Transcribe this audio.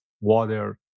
water